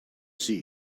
see